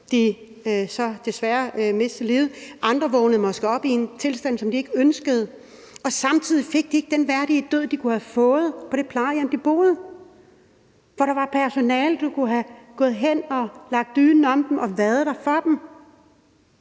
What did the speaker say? de så desværre mistede livet. Andre vågnede måske op i en tilstand, som de ikke ønskede, og samtidig fik de ikke den værdige død, de kunne have fået på det plejehjem, de boede på, hvor der var personale, der kunne have gået hen og lagt dynen om dem og været der for dem.